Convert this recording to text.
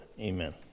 Amen